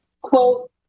quote